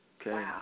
Okay